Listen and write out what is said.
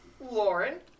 lauren